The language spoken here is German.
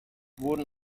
wurden